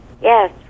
Yes